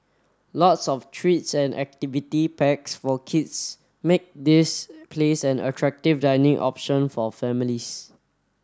lots of treats and activity packs for kids make this place an attractive dining option for families